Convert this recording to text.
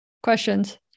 Questions